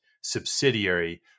subsidiary